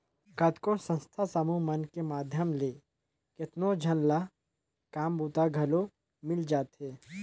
कतको संस्था समूह मन के माध्यम ले केतनो झन ल काम बूता घलो मिल जाथे